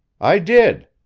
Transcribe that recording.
i did.